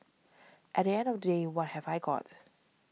at the end of the day what have I got